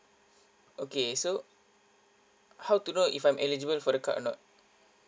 okay so how to know if I'm eligible for the card or not